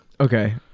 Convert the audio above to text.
Okay